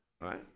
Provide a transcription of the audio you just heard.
right